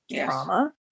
trauma